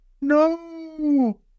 No